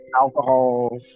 alcohol